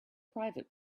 private